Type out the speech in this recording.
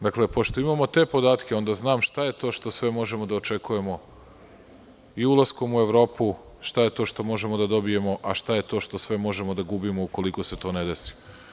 Dakle, pošto imamo te podatke, onda znam šta je to što sve možemo da očekujemo i ulaskom u Evropu šta je to što možemo da dobije, a šta je to što sve možemo da gubimo ukoliko se to ne desi.